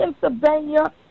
Pennsylvania